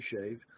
shave